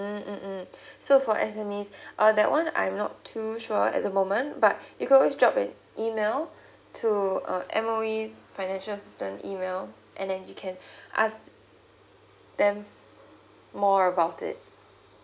mm mm mm so for S_M_E uh that one I'm not too sure at the moment but you could always drop an email to uh M_O_E's financial assistance email and then you can ask them more about it